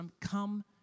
come